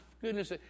goodness